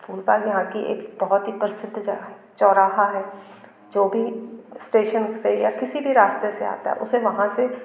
फुलबाग़ यहाँ की एक बहुत ही प्रसिद्ध जगह है चौराहा है जो भी इस्टेशन से या किसी भी रास्ते से आता है उसे वहाँ से